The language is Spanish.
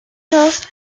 los